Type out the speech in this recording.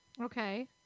Okay